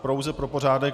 Pouze pro pořádek.